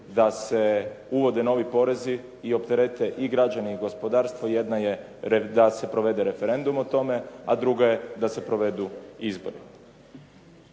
da se uvode novi porezi i opterete i građani i gospodarstvo jedna je da se provede referendum o tome, a druga je da se provedu izbori.